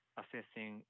assessing